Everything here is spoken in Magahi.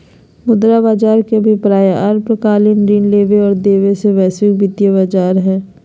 मुद्रा बज़ार के अभिप्राय अल्पकालिक ऋण लेबे और देबे ले वैश्विक वित्तीय बज़ार हइ